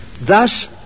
Thus